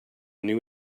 new